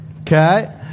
Okay